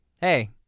hey